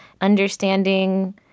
Understanding